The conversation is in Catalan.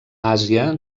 àsia